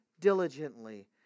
diligently